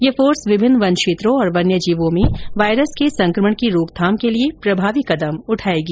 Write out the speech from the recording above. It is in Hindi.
ये फोर्स विभिन्न वन क्षेत्रों और वन्य जीवों में वायरस के संकमण की रोकथाम के लिए प्रभावी कदम उठायेगी